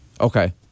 Okay